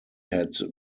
had